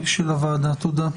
תודה.